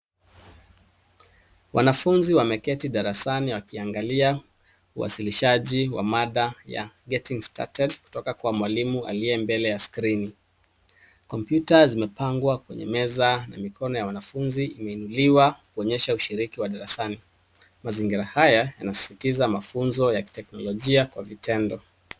Wanafunzi wameketi darasani wakiangalia uwasilishaji wa mada ya getting started kutoka kwa mwalimu aliye mbele ya skrini. Kompyuta zimepangwa kwenye meza na mikono ya wanafunzi imeinuliwa kuonyesha ushiriki wa darasani. Mazingira haya yanasisitiza mafunzo ya kiteknolojia kwa vitendo.